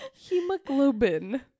hemoglobin